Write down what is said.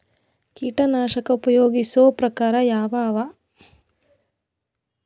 ಕೀಟನಾಶಕ ಉಪಯೋಗಿಸೊ ಪ್ರಕಾರ ಯಾವ ಅವ?